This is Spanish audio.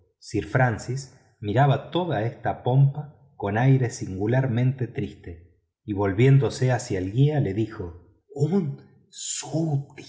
sir francis miraba toda esta pompa con aire singularmente triste y volviéndose hacia el guía le dijo un